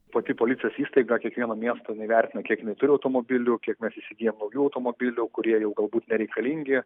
pati policijos įstaiga kiekvieno miesto jinai vertina kiek jinai turi automobilių kiek mes įsigyjam naujų automobilių kurie jau galbūt nereikalingi